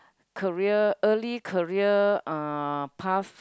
career early career uh path